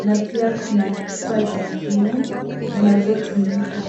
na pia kuna chupa zingine zinazotumika.